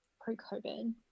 pre-COVID